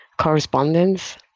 correspondence